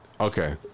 Okay